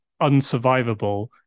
unsurvivable